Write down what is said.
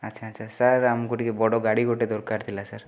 ଆଚ୍ଛା ଆଚ୍ଛା ସାର୍ ଆମକୁ ଟିକିଏ ବଡ଼ ଗାଡ଼ି ଗୋଟେ ଦରକାର ଥିଲା ସାର୍